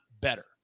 better